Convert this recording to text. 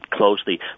closely